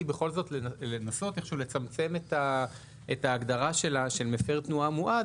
בכל זאת לנסות איכשהו לצמצם את ההגדרה של מפר תנועה מועד,